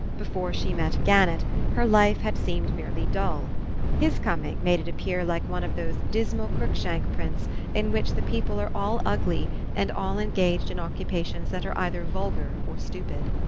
before she met gannett her life had seemed merely dull his coming made it appear like one of those dismal cruikshank prints in which the people are all ugly and all engaged in occupations that are either vulgar or stupid.